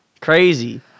Crazy